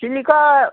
চিল্কৰ